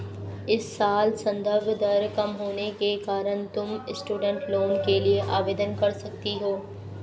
इस साल संदर्भ दर कम होने के कारण तुम स्टूडेंट लोन के लिए आवेदन कर सकती हो